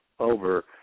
Over